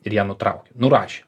ir ją nutraukė nurašė